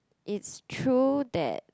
is true that